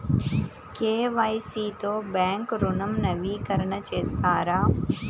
KYC తో bank ఋణం నవీకరణ చేస్తారా?